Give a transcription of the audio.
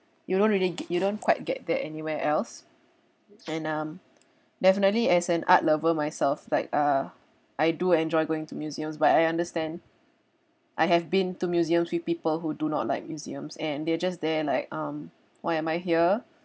you don't really ge~ you don't quite get there anywhere else and um definitely as an art lover myself like uh I do enjoy going to museums but I understand I have been to museums with people who do not like museums and they're just there like um why am I here